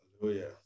Hallelujah